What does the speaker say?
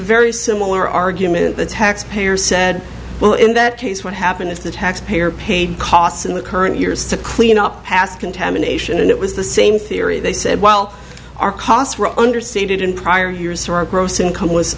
very similar argument the tax payer said well in that case what happened is the taxpayer paid costs in the current years to clean up past contamination and it was the same theory they said well our costs were understated in prior gross income was